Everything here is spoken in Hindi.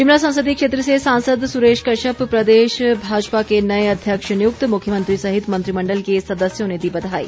शिमला संसदीय क्षेत्र से सांसद सुरेश कश्यप प्रदेश भाजपा के नए अध्यक्ष नियुक्त मुख्यमंत्री सहित मंत्रिमण्डल के सदस्यों ने दी बधाई